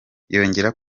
yongerako